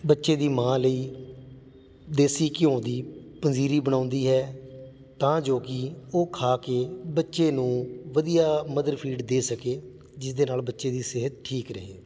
ਬੱਚੇ ਦੀ ਮਾਂ ਲਈ ਦੇਸੀ ਘਿਉ ਦੀ ਪੰਜੀਰੀ ਬਣਾਉਂਦੀ ਹੈ ਤਾਂ ਜੋ ਕਿ ਉਹ ਖਾ ਕੇ ਬੱਚੇ ਨੂੰ ਵਧੀਆ ਮਦਰ ਫੀਡ ਦੇ ਸਕੇ ਜਿਸ ਦੇ ਨਾਲ਼ ਬੱਚੇ ਦੀ ਸਿਹਤ ਠੀਕ ਰਹੇ